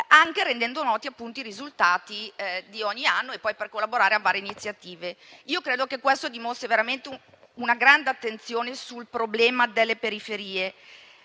anche rendendo noti i risultati di ogni anno e poi per collaborare a varie iniziative. Credo che questo dimostri veramente una grande attenzione sul problema delle periferie.